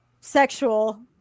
sexual